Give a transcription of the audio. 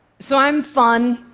so, i'm fun.